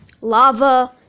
lava